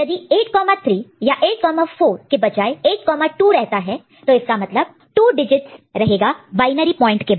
यदि 83 या 8 4 के बजाय 82 रहता तो इसका मतलब 2 डिजिट्स रहेगा बायनरी पॉइंट के बाद